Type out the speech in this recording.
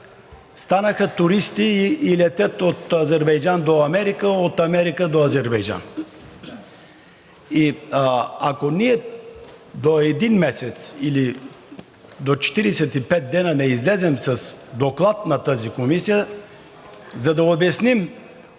станаха туристи и летят от Азербайджан до Америка, от Америка до Азербайджан. Ако ние до един месец или до 45 дни не излезем с доклад на тази комисия, за да обясним